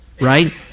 right